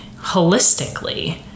holistically